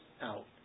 out